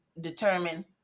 determine